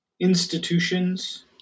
institutions